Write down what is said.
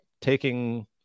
taking